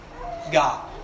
God